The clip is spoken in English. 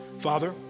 Father